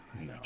No